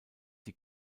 die